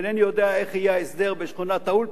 אינני יודע איך יהיה ההסדר בשכונת-האולפנה,